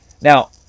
Now